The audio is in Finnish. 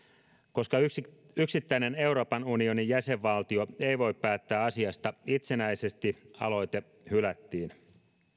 koska yksittäinen euroopan unionin jäsenvaltio ei voi päättää asiasta itsenäisesti aloite hylättiin